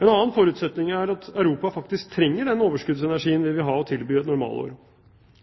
En annen forutsetning er at Europa faktisk trenger den overskuddsenergien vi vil ha å tilby i et normalår.